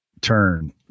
turn